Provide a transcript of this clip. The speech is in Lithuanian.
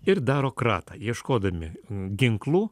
ir daro kratą ieškodami ginklų